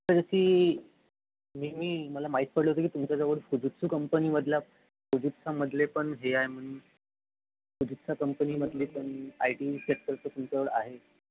sir सी मी मी मला माहीत पडलं होतं की तुमच्याजवळ फुजित्सु कंपनीमधला फुजितसामधले पण हे आहे म्हणून फुजितसा कंपनीमधले पण आय टी सेक्टरचं तुमचं आहे